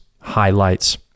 highlights